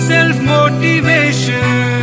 Self-motivation